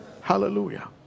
Hallelujah